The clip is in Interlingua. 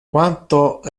quanto